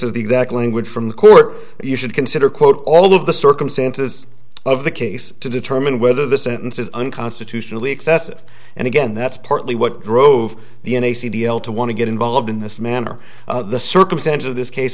is the exact language from the court you should consider quote all of the circumstances of the case to determine whether the sentence is unconstitutional excessive and again that's partly what drove the n a c d l to want to get involved in this manner the circumstances of this case